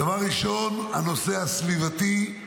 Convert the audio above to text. דבר ראשון, הנושא הסביבתי.